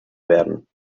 werden